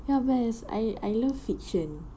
ya best I I love fiction